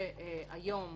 שהיום